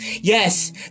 Yes